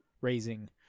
raising